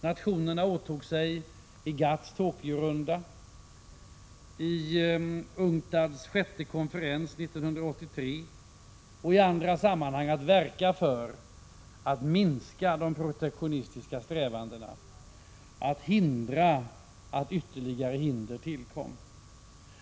Nationerna åtog sig i GATT:s Tokyo-runda, vid UNCTAD:s sjätte konferens 1983 och i andra sammanhang att verka för att minska de protektionistiska strävandena, att förhindra att ytterligare hinder tillkom.